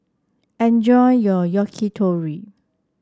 enjoy your Yakitori